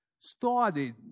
started